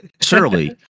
surely